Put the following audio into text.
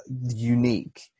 unique